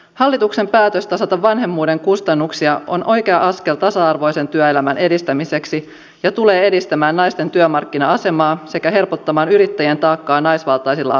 hallituksen päätös tasata vanhemmuuden kustannuksia on oikea askel tasa arvoisen työelämän edistämiseksi ja tulee edistämään naisten työmarkkina asemaa sekä helpottamaan yrittäjän taakkaa naisvaltaisilla aloilla